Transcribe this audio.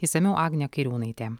išsamiau agnė kairiūnaitė